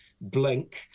Blink